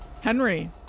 Henry